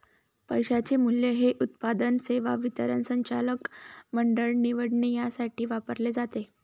पैशाचे मूल्य हे उत्पादन, सेवा वितरण, संचालक मंडळ निवडणे यासाठी वापरले जाते